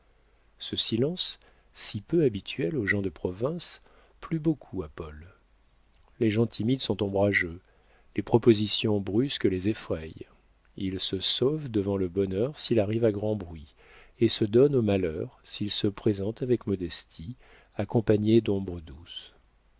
ce silence si peu habituel aux gens de province plut beaucoup à paul les gens timides sont ombrageux les propositions brusques les effraient ils se sauvent devant le bonheur s'il arrive à grand bruit et se donnent au malheur s'il se présente avec modestie accompagné d'ombres douces